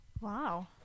wow